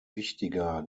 wichtiger